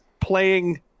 playing